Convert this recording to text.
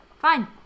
Fine